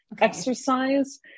exercise